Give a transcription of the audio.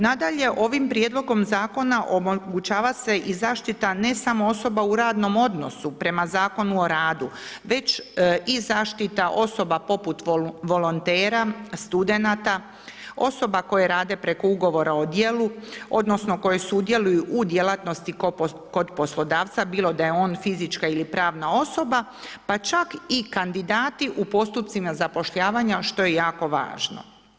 Nadalje, ovim prijedlogom zakona omogućava se i zaštita ne samo osoba u radnom odnosu prema Zakonu o radu, već i zaštita osoba poput volontera, studenata, osoba koje rade preko ugovora o djelu, odnosno, koje sudjeluju u djelatnosti kod poslodavca, bilo da je on fizička ili pravna osoba, pa čak i kandidati u postupcima zapošljavanja, što je jako važno.